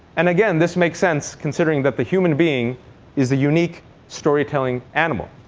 and again, this makes sense considering that the human being is a unique storytelling animal.